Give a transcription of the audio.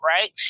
right